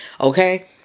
okay